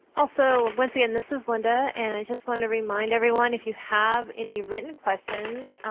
also, once again, this is linda, and i just want to remind everyone if you have any written questions,